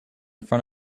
front